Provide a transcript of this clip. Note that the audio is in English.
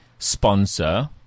sponsor